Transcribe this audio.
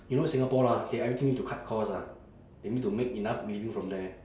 you know singapore lah they everything need to cut cost ah they need to make enough living from there